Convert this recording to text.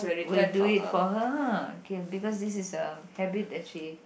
will do it for her ah K because this is the habit that she